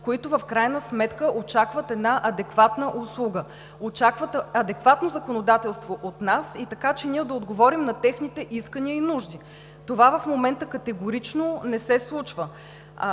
които в крайна сметка очакват една адекватна услуга, очакват адекватно законодателство от нас, така че ние да отговорим на техните искания и нужди. Това в момента категорично не се случва.